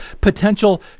potential